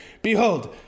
Behold